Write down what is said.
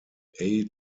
hearn